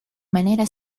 manera